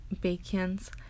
Bacon's